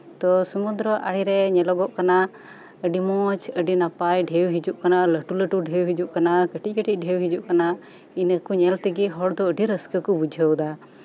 ᱛᱳ ᱥᱚᱢᱩᱫᱽᱨᱚ ᱟᱲᱮᱨᱮ ᱧᱮᱞᱚᱜᱚᱜ ᱠᱟᱱᱟ ᱟᱹᱰᱤ ᱢᱚᱸᱡ ᱟᱹᱰᱤ ᱱᱟᱯᱟᱭ ᱰᱷᱮᱣ ᱦᱤᱡᱩᱜ ᱠᱟᱱᱟ ᱞᱟᱹᱴᱩ ᱞᱟᱹᱴᱩ ᱰᱷᱮᱣ ᱦᱤᱡᱩᱜ ᱠᱟᱱᱟ ᱠᱟᱹᱴᱤᱡ ᱠᱟᱹᱴᱤᱡ ᱰᱷᱮᱣ ᱦᱤᱡᱩᱜ ᱠᱟᱱᱟ ᱤᱱᱟᱹ ᱠᱚ ᱧᱮᱞ ᱛᱮᱜᱮ ᱦᱚᱲ ᱫᱚ ᱟᱹᱰᱤ ᱨᱟᱹᱥᱠᱟᱹ ᱠᱚ ᱵᱩᱡᱷᱟᱹᱣ ᱫᱟ